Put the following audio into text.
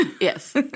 Yes